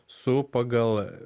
su pagal